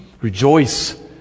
Rejoice